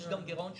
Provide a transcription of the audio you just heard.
יש גם גירעון שוטף.